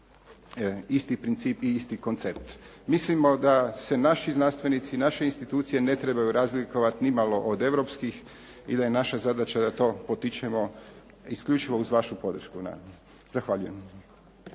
isti princip i isti koncept. Mislimo da se naši znanstvenici, naše institucije ne trebaju razlikovati nimalo od europskih i da je naša zadaća da to potičemo isključivo uz vašu podršku. Zahvaljujem.